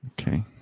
Okay